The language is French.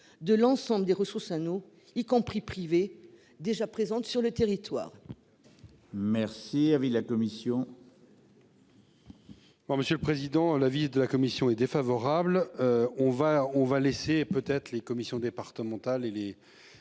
de l'ensemble des ressources nous y compris privés déjà présente sur le territoire. Merci. Avis de la commission. Non monsieur le président. La visite de la commission est défavorable. On va, on va laisser peut-être les commissions départementales et les